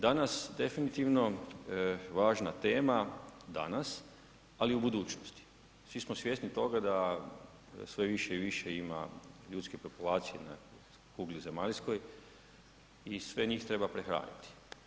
Danas definitivno važna tema, danas, ali i u budućnosti, svi smo svjesni toga da sve više i više ima ljudske populacije na kugli zemaljskoj i sve njih treba prehraniti.